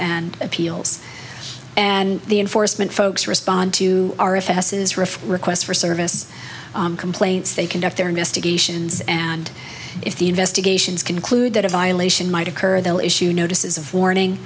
and appeals and the enforcement folks respond to our if ss rif requests for service complaints they conduct their investigations and if the investigations conclude that a violation might occur they'll issue notices of warning